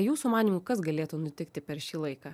jūsų manymu kas galėtų nutikti per šį laiką